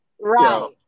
Right